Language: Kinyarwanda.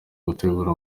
gutegura